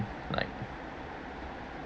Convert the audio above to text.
like